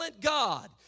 God